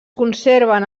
conserven